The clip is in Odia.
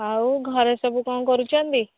ଆଉ ଘରେ ସବୁ କ'ଣ କରୁଛନ୍ତି